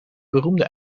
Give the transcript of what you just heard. beroemde